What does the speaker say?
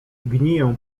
gniję